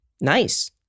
nice